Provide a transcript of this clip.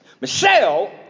Michelle